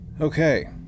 Okay